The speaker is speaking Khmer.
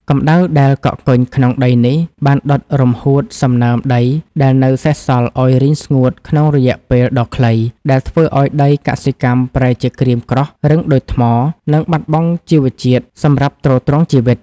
កម្ដៅដែលកកកុញក្នុងដីនេះបានដុតរំហួតសំណើមដីដែលនៅសេសសល់ឱ្យរីងស្ងួតក្នុងរយៈពេលដ៏ខ្លី ដែលធ្វើឱ្យដីកសិកម្មប្រែជាក្រៀមក្រោះ រឹងដូចថ្ម និងបាត់បង់ជីវជាតិសម្រាប់ទ្រទ្រង់ជីវិត។